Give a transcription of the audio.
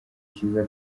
cyiza